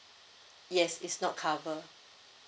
yes it's not cover